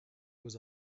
was